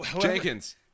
Jenkins